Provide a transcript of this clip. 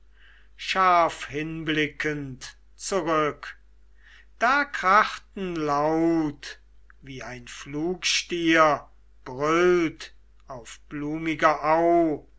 scharf hinblickend zurück da krachten laut wie ein pflugstier brüllt auf blumiger